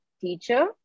teacher